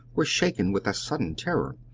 were shaken with a sudden terror.